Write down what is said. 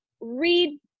read